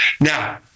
Now